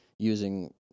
using